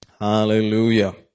Hallelujah